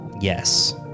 Yes